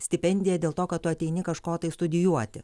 stipendija dėl to kad tu ateini kažko tai studijuoti